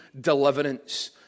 deliverance